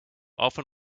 often